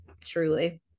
truly